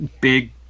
big